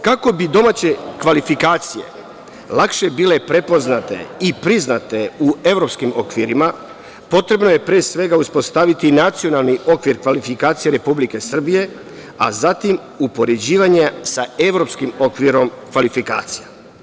Kako bi domaće kvalifikacije lakše bile prepoznate i priznate u evropskim okvirima, potrebno je pre svega uspostaviti Nacionalni okvir kvalifikacija Republike Srbije, a zatim upoređivanje sa Evropskim okvirom kvalifikacija.